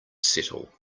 settle